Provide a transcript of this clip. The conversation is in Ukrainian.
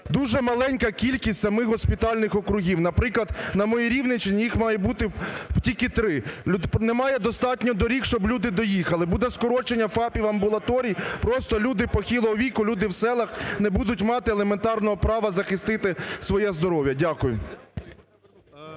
Дуже маленька кількість самих госпітальних округів. Наприклад, на моїй Рівненщині їх має бути тільки три. Немає достатньо доріг, щоб люди доїхали. Буде скорочення ФАПів, амбулаторій. Просто люди похилого віку, люди в селах не будуть мати елементарного права захистити своє здоров'я. Дякую.